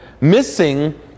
missing